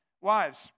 Wives